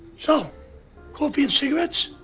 so coffee and cigarettes.